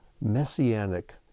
Messianic